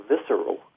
visceral